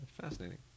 fascinating